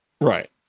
Right